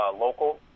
local